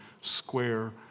square